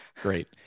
Great